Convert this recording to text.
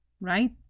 right